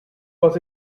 was